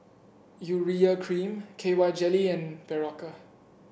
Urea Cream K Y Jelly and Berocca